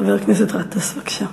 חבר הכנסת גטאס, בבקשה.